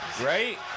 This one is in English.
right